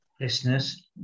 Listeners